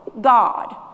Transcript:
God